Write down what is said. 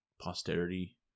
posterity